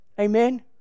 Amen